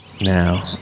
Now